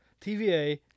TVA